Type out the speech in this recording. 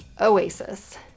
oasis